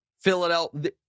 Philadelphia